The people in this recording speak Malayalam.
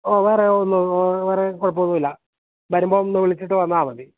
ഓ വേറെ ഒന്നും വേറെ കുഴപ്പമൊന്നുമില്ല വരുമ്പം ഒന്ന് വിളിച്ചിട്ട് വന്നാൽ മതി